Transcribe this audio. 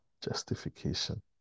justification